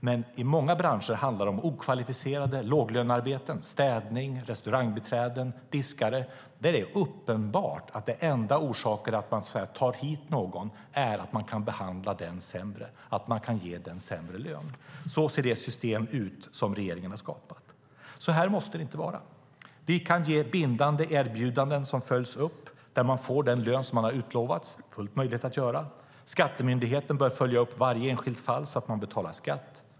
Men i många branscher handlar det om okvalificerade låglönearbeten, som städare, restaurangbiträden och diskare, där det är uppenbart att den enda orsaken till att man tar hit någon är att man kan behandla den personen sämre och ge en sämre lön. Så ser det system ut som regeringen har skapat. Så här måste det inte vara. Man kan ge bindande erbjudanden som följs upp, som att människor får den lön som de har utlovats. Det är fullt möjligt att göra. Skattemyndigheten bör följa upp i varje enskilt fall att skatt betalas.